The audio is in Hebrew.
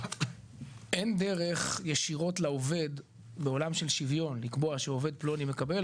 אין דרך ישירות לעובד בעולם של שוויון לקבוע שעובד פלוני מקבל,